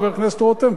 סליחה, חבר הכנסת רותם?